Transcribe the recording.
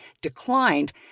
declined